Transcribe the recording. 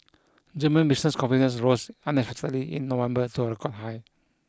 German business confidence rose unexpectedly in November to a record high